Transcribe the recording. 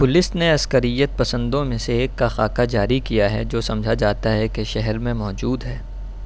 police نے عسکریت پسندوں میں سے ایک کا خاکہ جاری کیا ہے جو سمجھا جاتا ہے کہ شہر میں موجود ہے